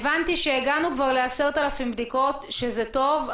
הבנתי שהגענו כבר ל-10,000 בדיקות, שזה טוב.